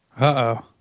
Uh-oh